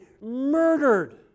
murdered